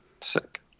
Sick